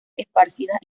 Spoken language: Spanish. esparcidas